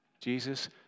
Jesus